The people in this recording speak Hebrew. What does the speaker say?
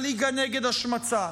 הליגה נגד השמצה.